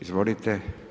Izvolite.